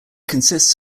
consists